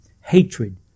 hatred